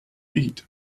eat